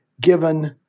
given